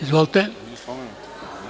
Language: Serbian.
Izvolite.